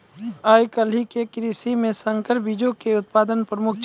आइ काल्हि के कृषि मे संकर बीजो के उत्पादन प्रमुख छै